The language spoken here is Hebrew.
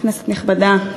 כנסת נכבדה,